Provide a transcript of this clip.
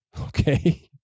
Okay